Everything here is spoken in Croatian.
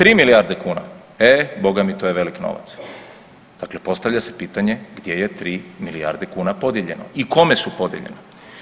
3 milijarde kuna, e Boga mi to je velik novac, dakle postavlja se pitanje gdje je 3 milijarde kuna podijeljeno i kome su podijeljena?